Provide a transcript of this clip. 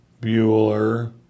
Bueller